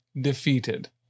defeated